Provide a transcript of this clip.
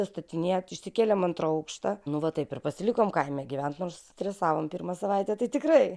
atstatinėt išsikėlėm antrą aukštą nu va taip ir pasilikom kaime gyvent nors stresavom pirmą savaitę tai tikrai